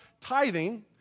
tithing